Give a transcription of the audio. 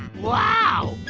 wow.